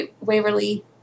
Waverly